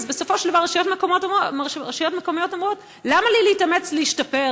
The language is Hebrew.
אז בסופו של דבר רשויות מקומיות אומרות: למה לי להתאמץ להשתפר,